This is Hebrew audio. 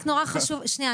שנייה,